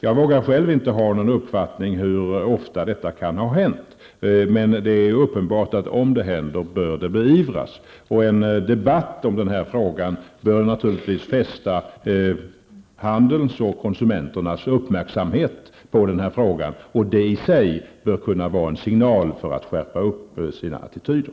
Jag vågar inte själv ha någon uppfattning om hur ofta det kan ha hänt, men det är uppenbart att om det händer, bör det beivras. En debatt i denna fråga bör naturligtvis fästa handelns och konsumenternas uppmärksamhet på det som sker, och det bör kunna vara en signal för dem att skärpa sina attityder.